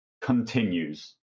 continues